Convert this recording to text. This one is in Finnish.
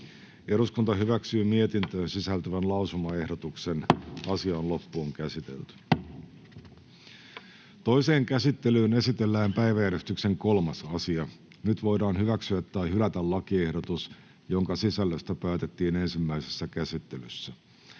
eduskunnalle laiksi kalastuslain 79 §:n muuttamisesta Time: N/A Content: Toiseen käsittelyyn esitellään päiväjärjestyksen 9. asia. Nyt voidaan hyväksyä tai hylätä lakiehdotus, jonka sisällöstä päätettiin ensimmäisessä käsittelyssä.